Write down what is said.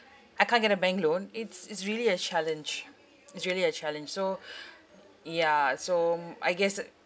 I can't get a bank loan it's it's really a challenge it's really a challenge so ya so I guess it